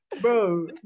Bro